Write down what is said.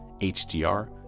HDR